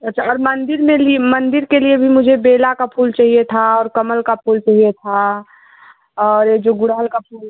अच्छा और मंदिर में मंदिर के लिए भी मुझे बेला का फूल चाहिए था और कमल का फूल चहिए था और ये जो गुड़हल का फूल